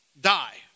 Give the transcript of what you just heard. die